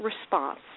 response